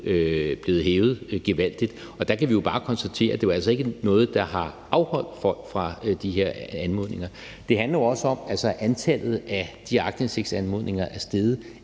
blevet hævet gevaldigt, og der kan vi jo bare konstatere, at det altså ikke var noget, der har afholdt folk fra de her anmodninger. Det handler jo også om, at antallet af de aktindsigtsanmodninger er steget